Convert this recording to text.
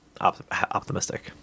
optimistic